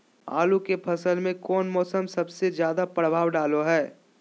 आलू के फसल में कौन मौसम सबसे ज्यादा प्रभाव डालो हय?